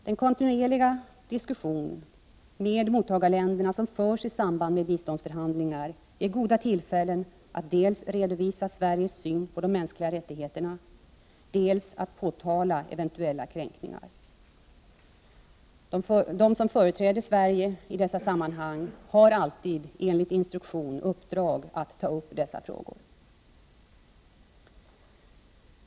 Den kontinuerliga diskussion med mottagarländerna som förs i samband med biståndsförhandlingar ger goda tillfällen att dels redovisa Sveriges syn på mänskliga rättigheter, dels påtala eventuella kränkningar. De som företräder Sverige i dessa sammanhang har alltid enligt instruktion uppdrag att ta upp dessa frågor.